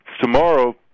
tomorrow